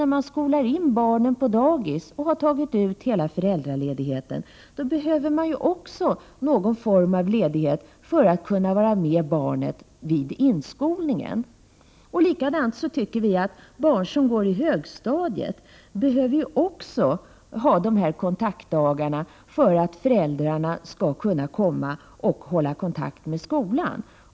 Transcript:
När man skolar in barnen på dagis och redan har tagit ut hela föräldraledigheten, behöver man ju också någon form av ledighet för att kunna vara med barnet vid inskolningen. Vi tycker också att när barnen går på högstadiet behövs dessa kontaktdagar för att föräldrarna skall kunna komma och hålla kontakt med skolan.